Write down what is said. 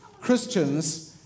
Christians